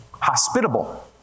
hospitable